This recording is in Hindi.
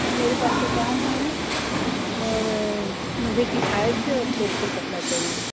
अब मेरे पास दुकान है और मुझे किफायत से और थोक से कपड़ा चाहिए